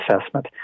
assessment